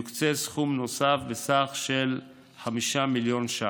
יוקצה סכום נוסף בסך 5 מיליון ש"ח.